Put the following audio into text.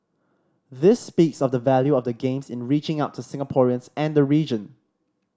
this speaks of the value of the games in reaching out to Singaporeans and the region